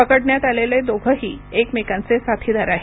पकडण्यात आलेले दोघंही एकमेकांचे साथीदार आहेत